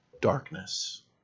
darkness